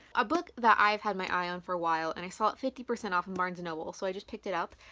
a book that i've had my eye on for awhile, and i saw it fifty percent off of barnes noble. so i just picked it up,